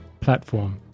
platform